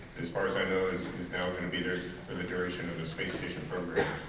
as far as i know is is now going to be there for the duration of the space station program